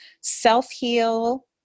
self-heal